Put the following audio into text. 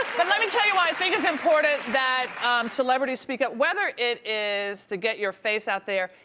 but let me tell you why i think it's important that celebrities speak up. whether it is to get your face out there,